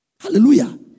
Hallelujah